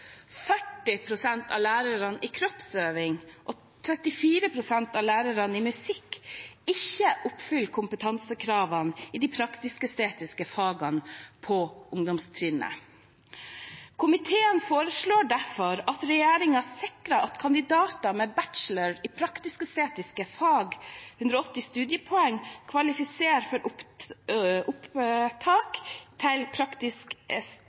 pst. av lærerne i kroppsøving og 34 pst. av lærerne i musikk ikke oppfylte kompetansekravene i de praktiske-estetiske fagene på ungdomstrinnet. Komiteen foreslår derfor at regjeringen sikrer at kandidater med bachelor i praktisk-estetiske fag – 180 studiepoeng – kvalifiserer for opptak til